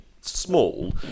small